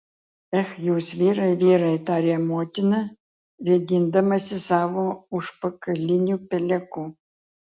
ech jūs vyrai vyrai tarė motina vėdindamasi savo užpakaliniu peleku